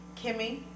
Kimmy